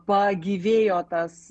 pagyvėjo tas